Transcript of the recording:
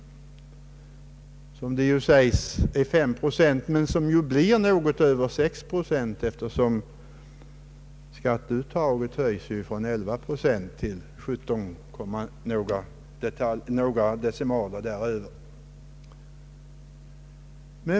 Det sägs ju att mervärdeskatten höjs med 5 procent, men höjningen blir något över 6 procent, eftersom skatteuttaget höjs från 11 procent till 17 procent och några decimaler däröver.